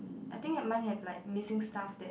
I think that mine have like missing stuff that